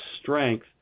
strength